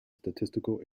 statistical